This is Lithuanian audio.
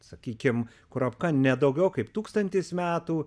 sakykim kurapka ne daugiau kaip tūkstantis metų